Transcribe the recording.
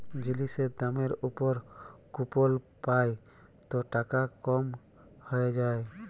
জিলিসের দামের উপর কুপল পাই ত টাকা কম হ্যঁয়ে যায়